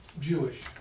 Jewish